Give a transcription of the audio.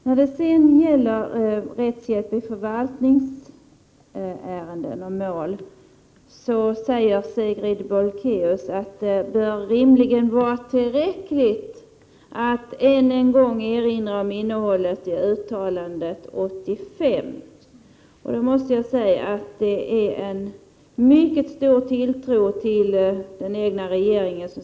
När det sedan gäller rättshjälp i förvaltningsmål säger Sigrid Bolkéus att det rimligen bör vara tillräckligt att än en gång erinra om innehållet i uttalandet 1985. Då måste jag säga att Sigrid Bolkéus här visar en mycket stor tilltro till den egna regeringen.